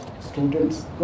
students